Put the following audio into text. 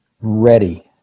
ready